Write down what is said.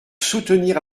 soutenir